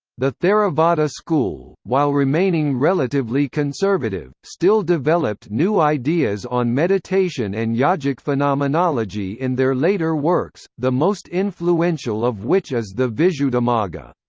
the theravada school, while remaining relatively conservative, still developed new ideas on meditation and yogic phenomenology in their later works, the most influential of which is the visuddhimagga.